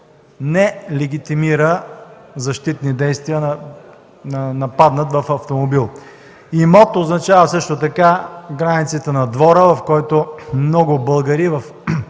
не легитимира защитни действия на нападнат в автомобил. Имот означава също така границите на двора. Много българи в